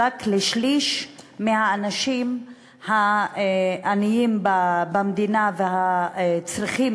רק לשליש מהאנשים העניים במדינה והצריכים